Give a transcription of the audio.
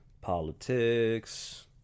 politics